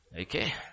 Okay